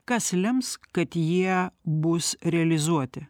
kas lems kad jie bus realizuoti